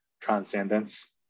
transcendence